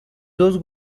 dos